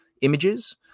images